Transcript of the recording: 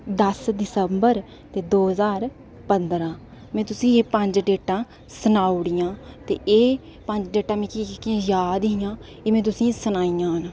दस दिसंबर दो ज्हार पंदरां में तुसेंई एह् पंज डेटां सनाई ओड़ियां ते एह् पंज डेटां मिकी जेह्कियां जेह्कियां जाद हियां एह् में तुसेंई सनाइयां न